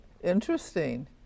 Interesting